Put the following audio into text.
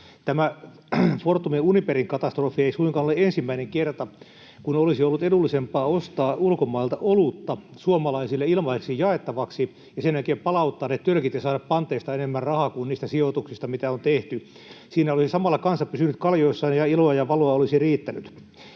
Tämä Fortumin ja Uniperin katastrofi ei suinkaan ole ensimmäinen kerta, kun olisi ollut edullisempaa ostaa ulkomailta olutta suomalaisille ilmaiseksi jaettavaksi ja sen jälkeen palauttaa ne tölkit ja saada panteista enemmän rahaa kuin niistä sijoituksista, mitä on tehty. Siinä olisi samalla kansa pysynyt kaljoissa, ja iloa ja valoa olisi riittänyt.